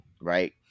Right